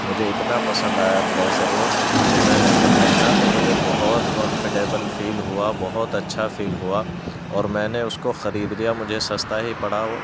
مجھے اتنا پسند آیا بلیزر وہ تو میں نے جب پہنا تو مجھے بہت کمفرٹیبل فیل ہوا بہت اچھا فیل ہوا اور میں نے اس کو خرید لیا مجھے سستا ہی پڑا وہ